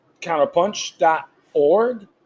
counterpunch.org